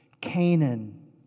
Canaan